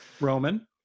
Roman